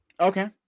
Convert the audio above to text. Okay